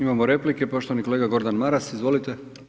Imamo replike, poštovani kolega Gordan Maras, izvolite.